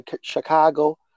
Chicago